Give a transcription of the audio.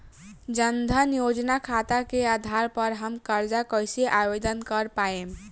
जन धन योजना खाता के आधार पर हम कर्जा कईसे आवेदन कर पाएम?